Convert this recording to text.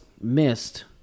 missed